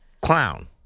Clown